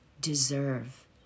deserve